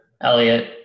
Elliot